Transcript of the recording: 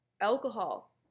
alcohol